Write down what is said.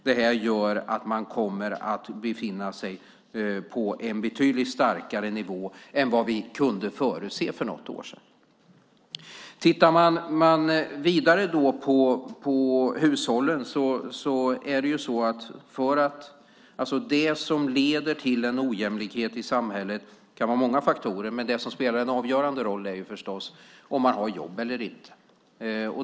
Detta gör att de kommer att befinna sig på en betydligt starkare nivå än vad vi kunde förutse för något år sedan. Tittar man vidare på hushållen och det som leder till en ojämlikhet i samhället - det kan vara många faktorer - är det som spelar en avgörande roll förstås om man har jobb eller inte.